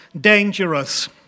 dangerous